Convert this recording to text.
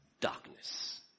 darkness